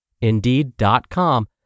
Indeed.com